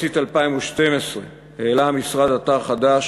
במחצית 2012 העלה המשרד אתר חדש